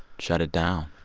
shut it down?